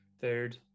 Third